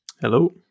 Hello